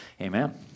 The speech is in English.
amen